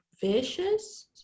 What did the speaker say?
vicious